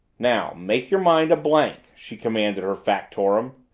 now make your mind a blank! she commanded her factotum.